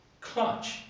Clutch